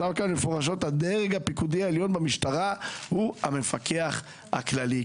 נכתב פה מפורשות: הדרג הפיקודי העליון במשטרה הוא המפקח הכללי.